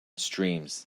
streams